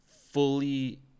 fully